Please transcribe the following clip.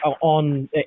on